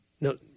no